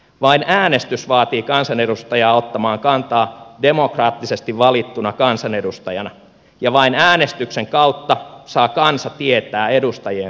vain äänestys vaatii kansanedustajaa ottamaan kantaa demokraattisesti valittuna kansanedustajana ja vain äänestyksen kautta saa kansa tietää edustajiensa kannan